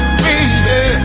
baby